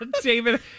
David